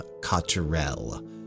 Cotterell